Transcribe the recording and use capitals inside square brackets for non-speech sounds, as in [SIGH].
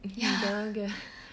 ya [LAUGHS]